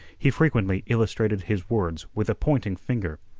he frequently illustrated his words with a pointing finger.